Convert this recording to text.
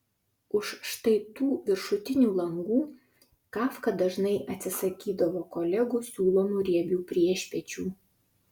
už štai tų viršutinių langų kafka dažnai atsisakydavo kolegų siūlomų riebių priešpiečių